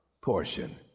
portion